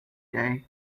day